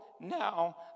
now